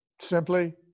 simply